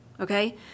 okay